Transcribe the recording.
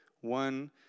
one